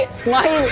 smile,